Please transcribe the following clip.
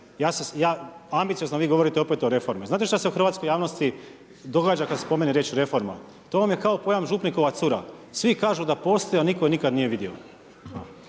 ambiciozno vi govorite opet o reformi. Znate što se u hrvatskoj javnosti događa, kada spomenem riječ reforma, to vam je kao pojam župnikova cura, svi kažu da postoji, a nikad je nitko nije vidio.